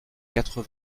quatre